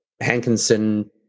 Hankinson